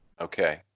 Okay